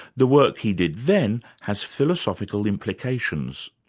the work he did then has philosophical implications,